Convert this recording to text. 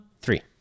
Three